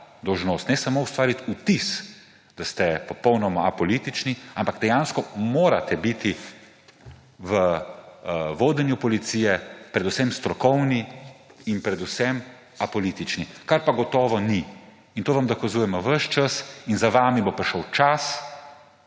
dolžnost ne samo ustvariti vtis, da ste popolnoma apolitični, ampak dejansko morate biti v vodenju policije predvsem strokovni in predvsem apolitični. Kar pa gotovo niste. In to vam dokazujemo ves čas in za vami bo prišel čas,